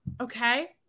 Okay